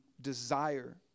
desire